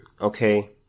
okay